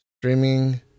streaming